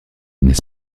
n’est